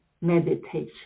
meditation